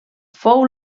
fou